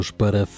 para